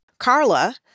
Carla